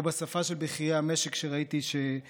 או בשפה של בכירי המשק, שראיתי, שאגב,